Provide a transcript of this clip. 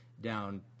down